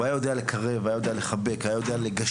הוא היה יודע לקרב, היה יודע לחבק, היה יודע לגשר.